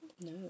No